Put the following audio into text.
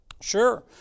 Sure